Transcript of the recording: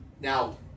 Now